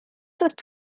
ist